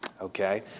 Okay